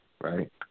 Right